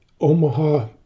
Omaha